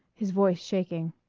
his voice shaking.